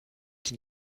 die